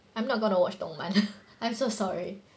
I'm not gonna watch 动漫 I'm so sorry